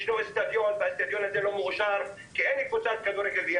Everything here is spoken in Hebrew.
ישנו אצטדיון שאינו מאושר כי אין שם קבוצת כדורגל.